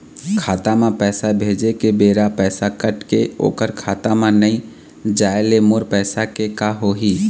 खाता म पैसा भेजे के बेरा पैसा कट के ओकर खाता म नई जाय ले मोर पैसा के का होही?